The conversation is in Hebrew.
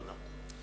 תודה.